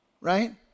right